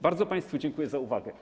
Bardzo państwu dziękuję za uwagę.